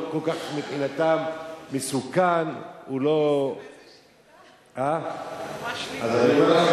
מבחינתם הוא לא כל כך מסוכן, ממש שליטה.